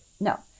No